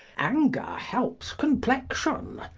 anger helps complexion,